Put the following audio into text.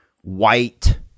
white